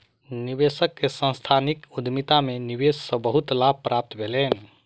निवेशक के सांस्थानिक उद्यमिता में निवेश से बहुत लाभ प्राप्त भेलैन